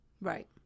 Right